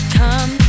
come